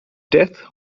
death